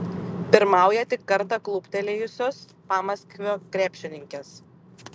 pirmauja tik kartą kluptelėjusios pamaskvio krepšininkės